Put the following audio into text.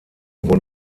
wurden